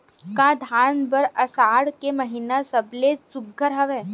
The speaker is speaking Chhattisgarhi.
का धान बर आषाढ़ के महिना सबले सुघ्घर हवय?